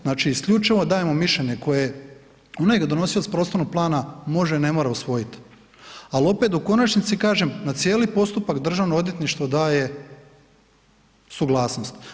Znači, isključivo dajemo mišljenje koje, … [[Govornik se ne razumije]] donosio s prostornog plana može, ne mora usvojit, al opet u konačnici kažem, na cijeli postupak državno odvjetništvo daje suglasnost.